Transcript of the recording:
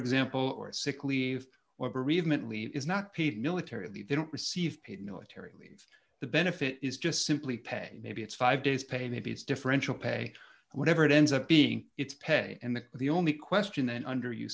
example or sick leave or bereavement leave is not paid military of the they don't receive paid military wings the benefit is just simply pay maybe it's five days pay maybe it's differential pay whatever it ends up being it's pay and the the only question then under